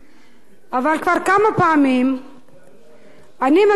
אבל כבר כמה פעמים אני מגיעה לכנסת